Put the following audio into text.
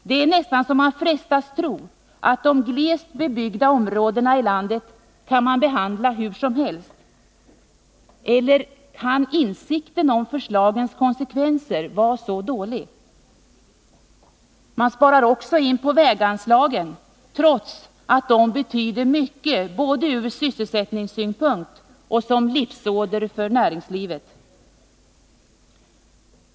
Det är nästan så man frestas tro att inställningen är den att de glest bebyggda områdena i landet kan behandlas hur som helst. Eller kan insikterna vara så dåliga att man inte förstår förslagens konsekvenser? Man sparar också in på väganslagen, trots att de betyder mycket både ur sysselsättningssynpunkt och som livsåder för näringslivet.